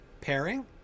pairing